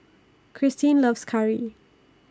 Kristine loves Curry